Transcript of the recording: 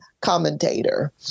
commentator